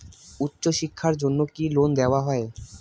উচ্চশিক্ষার জন্য কি লোন দেওয়া হয়?